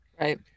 right